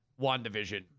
WandaVision